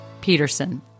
Peterson